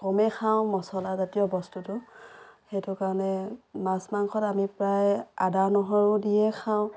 কমেই খাওঁ মছলা জাতীয় বস্তুটো সেইটো কাৰণে মাছ মাংসত আমি প্ৰায় আদা নহৰু দিয়ে খাওঁ